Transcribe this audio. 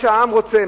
מה שהעם רוצה,